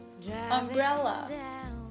umbrella